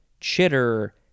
chitter